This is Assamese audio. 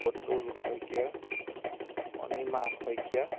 অতুল শইকীয়া অনিমা শইকীয়া